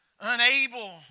unable